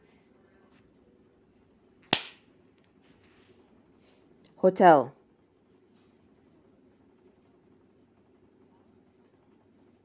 hotel